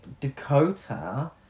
Dakota